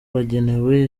bagenewe